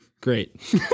Great